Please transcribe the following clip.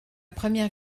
première